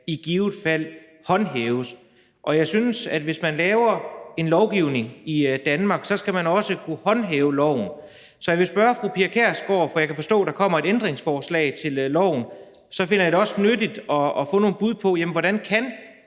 i givet fald skal håndhæves. Jeg synes, at hvis man laver en lovgivning i Danmark, så skal man også kunne håndhæve loven. Så jeg vil spørge fru Pia Kjærsgaard – for jeg kan forstå, at der kommer et ændringsforslag til lovforslaget, og derfor finder jeg det også nyttigt at få nogle bud på det –